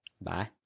Bye